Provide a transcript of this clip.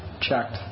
checked